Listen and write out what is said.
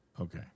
Okay